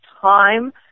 time